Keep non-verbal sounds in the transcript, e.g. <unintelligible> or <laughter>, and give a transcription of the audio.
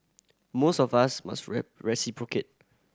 mores of us must <unintelligible> reciprocate